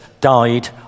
died